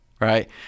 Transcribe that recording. right